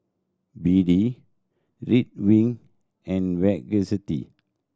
B D Ridwind and Vagisil